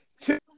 two